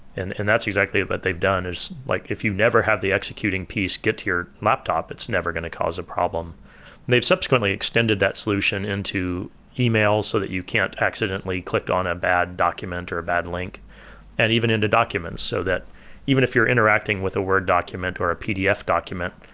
and and that's exactly what but they've done is like if you never have the executing piece get to your laptop, it's never going to cause a problem they've subsequently extended that solution into e-mail, so that you can't accidentally click on a bad document, or a bad link and even into documents, so that even if you're interacting with a word document, or a pdf document,